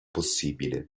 possibile